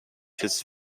his